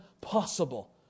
possible